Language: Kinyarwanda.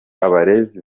abarezi